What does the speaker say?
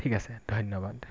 ঠিক আছে ধন্যবাদ